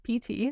pt